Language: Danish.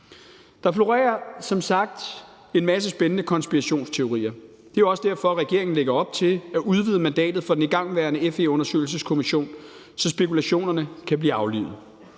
Der florerer som sagt en masse spændende konspirationsteorier. Det er jo også derfor, regeringen lægger op til at udvide mandatet for den igangværende FE-undersøgelseskommission, så spekulationerne kan blive aflivet.